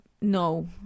no